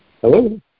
hello